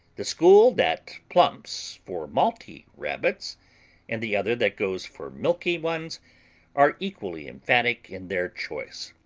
the school that plumps for malty rabbits and the other that goes for milky ones are equally emphatic in their choice.